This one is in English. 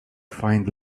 find